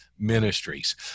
ministries